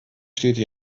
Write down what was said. städte